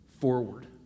forward